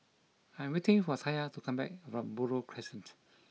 I am waiting for Taya to come back from Buroh Crescent